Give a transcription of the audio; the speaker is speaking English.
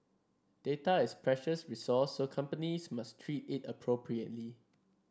data is precious resource so companies must treat it appropriately